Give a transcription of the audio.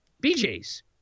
BJ's